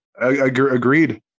Agreed